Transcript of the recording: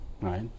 Right